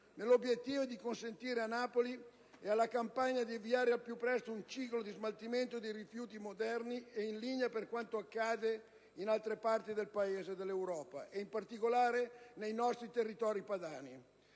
nell'obiettivo di consentire a Napoli e alla Campania di avviare al più presto un ciclo di smaltimento dei rifiuti moderno e in linea con quanto accade in altre parti del Paese e dell'Europa ed in particolare nei nostri territori padani.